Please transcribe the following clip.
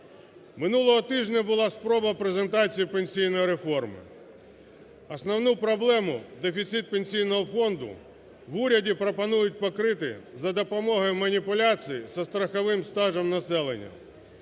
Минулого тижня була спроба презентації пенсійної реформи. Основну проблему – дефіцит Пенсійного фонду – в уряді пропонують покрити за допомогою маніпуляцій зі страховим стажем населення.